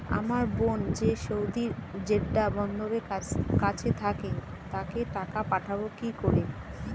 আমার বোন যে সৌদির জেড্ডা বন্দরের কাছে থাকে তাকে টাকা পাঠাবো কি করে?